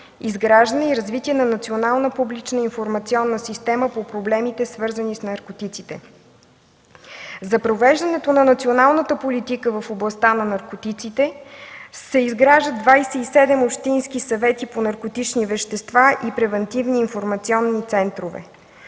изграждане и развитие на национална публична информационна система по проблемите, свързани с наркотиците. За провеждането на националната политика в областта на наркотиците се изграждат 27 общински съвети по наркотични вещества и превантивни информационни центрове.